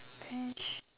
bench